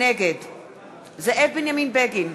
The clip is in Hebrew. נגד זאב בנימין בגין,